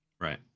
Right